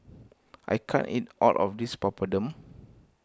I can't eat all of this Papadum